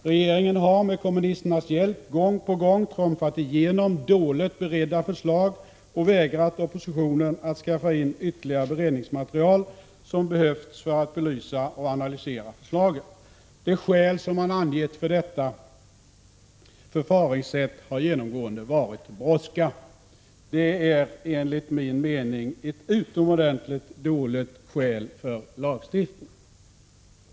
Regeringen har med kommunisternas hjälp gång på gång trumfat igenom dåligt beredda förslag och vägrat oppositionen att skaffa in det ytterligare beredningsmaterial som behövts för att belysa och analysera förslagen. Det skäl man angett för detta förfaringssätt har genomgående varit brådska. Det är enligt min mening ett utomordentligt dåligt motiv för lagstiftning.